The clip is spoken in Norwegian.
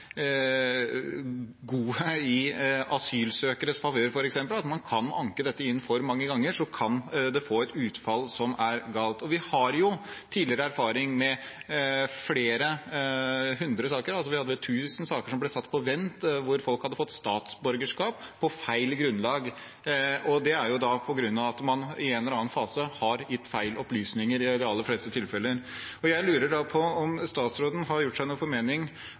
i asylsøkeres favør, f.eks. at man kan anke dette inn for mange ganger, kan det få et utfall som er galt. Vi har tidligere erfaring med flere hundre saker, vi hadde vel tusen saker, som ble satt på vent, hvor folk hadde fått statsborgerskap på feil grunnlag på grunn av at man i en eller annen fase har gitt feil opplysninger – i de aller fleste tilfeller. Jeg lurer på om statsråden, når vi vet at så mange saker har blitt behandlet på feil grunnlag, har gjort seg opp noen mening